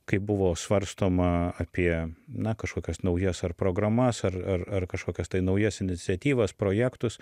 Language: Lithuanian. kai buvo svarstoma apie na kažkokias naujas ar programas ar ar ar kažkokias tai naujas iniciatyvas projektus